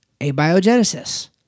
abiogenesis